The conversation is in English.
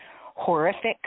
horrific